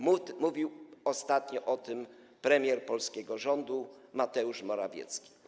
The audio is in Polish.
Mówił ostatnio o tym premier polskiego rządu Mateusz Morawiecki.